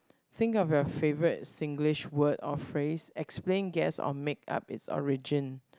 think of your favourite Singlish word or phrase explain guess or make-up it's origin